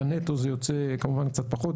בנטו זה יוצא כמובן קצת פחות.